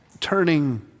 turning